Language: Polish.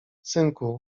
synku